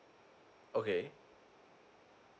okay